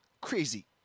Crazy